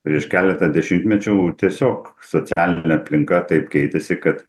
prieš keletą dešimtmečių tiesiog socialinė aplinka taip keitėsi kad